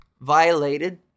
violated